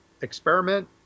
experiment